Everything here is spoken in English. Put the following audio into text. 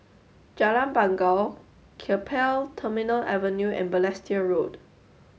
Jalan Bangau Keppel Terminal Avenue and Balestier Road